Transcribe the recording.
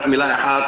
רק מילה אחת,